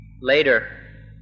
later